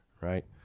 right